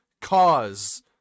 cause